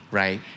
right